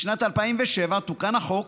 בשנת 2007 תוקן החוק,